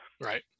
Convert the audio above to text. Right